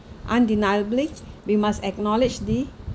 undeniably we must acknowledge the